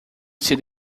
sido